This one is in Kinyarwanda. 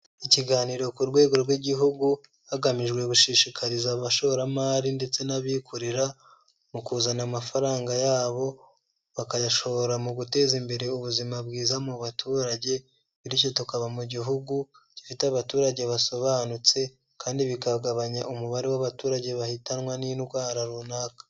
Ikiganiro ku rwego rw'igihugu hagamijwe gushishikariza abashoramari ndetse n'abikorera, mu kuzana amafaranga yabo bakayashora mu guteza imbere ubuzima bwiza mu baturage bityo tukaba mu gihugu gifite abaturage basobanutse, kandi bikagabanya umubare w'abaturage bahitanwa n'indwara runaka.